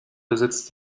besitzt